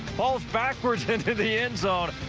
falls backward in the the end zone.